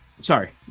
Sorry